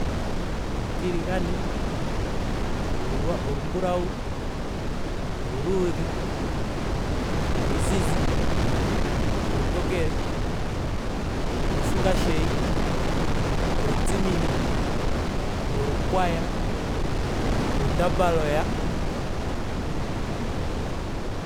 Ontiligane. olumbulawu. oluluudhe. oluzizi. olutokele. olushunga sheyi. olutsimine. olukwaya. olundamba loya